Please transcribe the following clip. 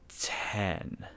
Ten